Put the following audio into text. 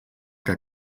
que